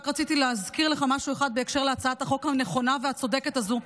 רק רציתי להזכיר לך משהו אחד בהקשר להצעת החוק הנכונה והצודקת הזו.